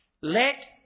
Let